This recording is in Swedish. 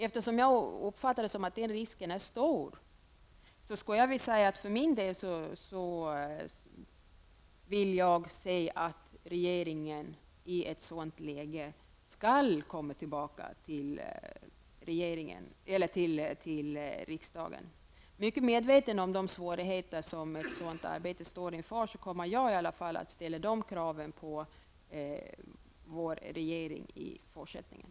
Eftersom jag uppfattat det så att den risken är stor, vill jag för min del säga att regeringen i ett sådant läge skall komma tillbaka till riksdagen. Mycket medveten om de svårigheter som tornar upp sig i det här arbetet kommer jag fortsättningsvis att ställa sådana krav på regeringen.